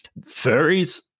Furries